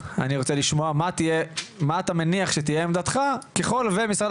אני רוצה לשמוע מה אתה מניח שתהיה עמדתך ככל ומשרד